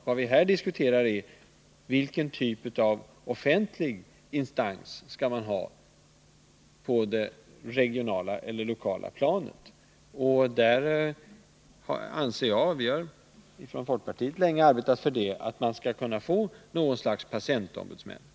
Vad vi här diskuterar är: Vilken typ av offentligt organ skall man ha på det regionala eller lokala planet? Där anser jag — och vi har från folkpartiet länge arbetat för det — att det bör inrättas något slags patientombudsmän.